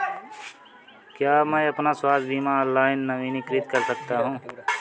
क्या मैं अपना स्वास्थ्य बीमा ऑनलाइन नवीनीकृत कर सकता हूँ?